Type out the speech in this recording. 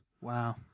Wow